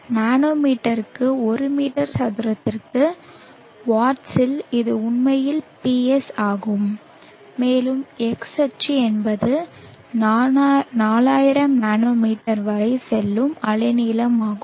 நானோமீட்டருக்கு ஒரு மீட்டர் சதுரத்திற்கு வாட்ஸில் இது உண்மையில் PSஆகும் மேலும் X அச்சு என்பது 4000 நானோமீட்டர் வரை செல்லும் அலைநீளமாகும்